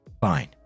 Fine